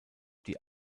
die